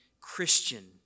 Christian